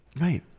right